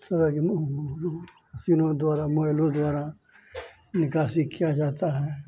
इस तरह के मोह मो मो मशीनों द्वारा मोबाइलों द्वारा निकासी की जाती है